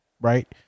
right